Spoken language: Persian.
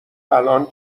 الان